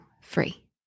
free